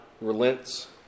relents